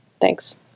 Thanks